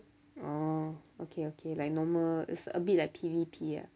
oh okay okay like normal is a bit like P_V_P ah